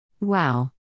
Wow